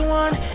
one